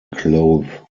cloth